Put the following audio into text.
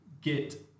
get